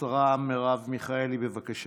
השרה מרב מיכאלי, בבקשה.